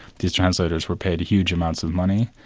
these translators were paid huge amounts of money,